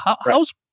how's